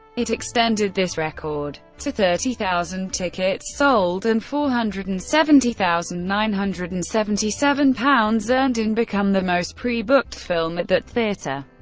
it extended this record to thirty thousand tickets sold and four hundred and seventy thousand nine hundred and seventy seven pounds earned, and become the most pre-booked film at that theater,